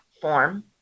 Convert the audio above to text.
form